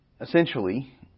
Essentially